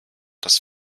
das